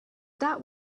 that